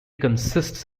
consists